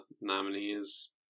nominees